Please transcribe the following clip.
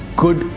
good